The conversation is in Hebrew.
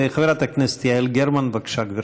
חברת הכנסת יעל גרמן, בבקשה, גברתי.